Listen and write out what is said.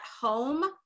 home